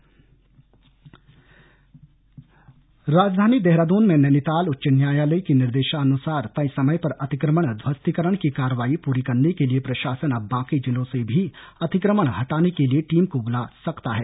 अतिक्रमण हटाओ अभियान राजधानी देहरादून में नैनीताल उच्च न्यायालय के निर्देशानुसार तय समय पर अतिक्रमण ध्वस्तीकरण की कार्रवाई पूरी करने के लिए प्रशासन अब बाकि जिलों से भी अतिक्रमण हटाने के लिए टीम को बुला सकता है